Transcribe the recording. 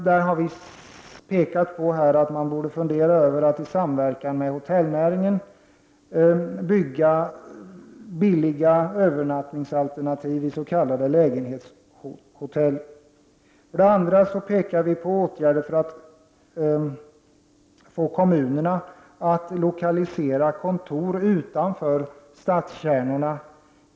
Vi har påpekat att man bör fundera på att i samverkan med hotellnäringen bygga billiga övernattningsalternativ i s.k. lägenhetshotell. För det andra pekar vi på åtgärder för att få kommunerna att lokalisera kontor utanför stadskärnorna.